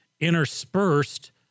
interspersed